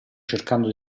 cercando